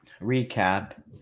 recap